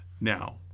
Now